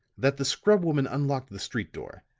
that the scrubwoman unlocked the street door.